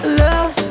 love